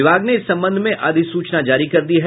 विभाग ने इस संबंध में अधिसूचना जारी कर दी है